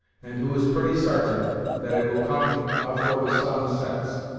and who is pretty sartain that it will come afore the sun sets